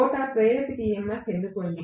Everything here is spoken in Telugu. రోటర్ ప్రేరిత EMF ఎందుకు ఉంది